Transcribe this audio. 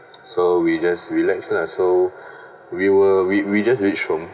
so we just relax lah so we were we we just reach home